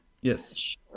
yes